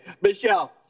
Michelle